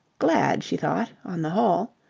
glad, she thought, on the whole.